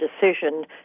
decision